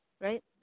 right